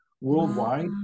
worldwide